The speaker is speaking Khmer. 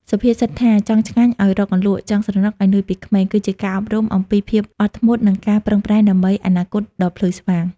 សុភាសិតថា «ចង់ឆ្ងាញ់ឱ្យរកអន្លក់ ចង់ស្រណុកឱ្យនឿយពីក្មេង»គឺជាការអប់រំអំពីភាពអត់ធ្មត់ និងការប្រឹងប្រែងដើម្បីអនាគតដ៏ភ្លឺស្វាង។